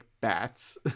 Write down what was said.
bats